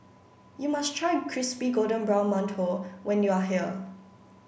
you must try Crispy Golden Brown Mantou when you are here